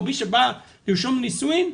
או מי שבא לרשום נישואין,